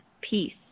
peace